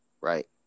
Right